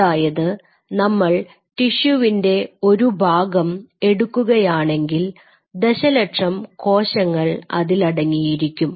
അതായത് നമ്മൾ ടിഷ്യുവിൻറെ ഒരു ഭാഗം എടുക്കുകയാണെങ്കിൽ ദശലക്ഷം കോശങ്ങൾ അതിലടങ്ങിയിരിക്കും